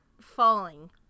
falling